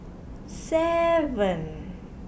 seven